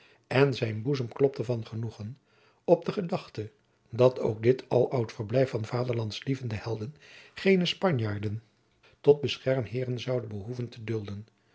en zijn boezem klopte van genoegen op de gedachte dat ook dit aêloud verblijf van vaderlandslievende helden geene spanjaarden tot beschermheeren zoude behoeven te dulden